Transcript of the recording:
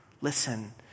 Listen